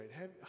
right